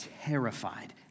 terrified